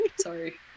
Sorry